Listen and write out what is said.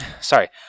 sorry